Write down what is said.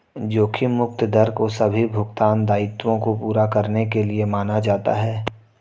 जोखिम मुक्त दर को सभी भुगतान दायित्वों को पूरा करने के लिए माना जाता है